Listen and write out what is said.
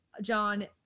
John